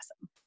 awesome